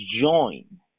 join